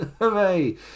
Hooray